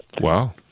Wow